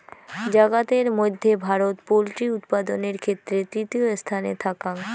জাগাতের মধ্যে ভারত পোল্ট্রি উৎপাদানের ক্ষেত্রে তৃতীয় স্থানে থাকাং